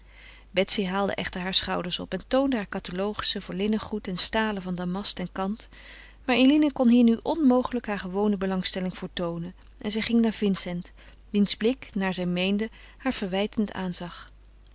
betsy echter haalde haar schouders op en toonde haar catalogussen voor linnengoed en stalen van damast en kant maar eline kon hier nu onmogelijk haar gewone belangstelling voor toonen en zij ging naar vincent wiens blik naar zij meende haar verwijtend aanzag